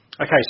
Okay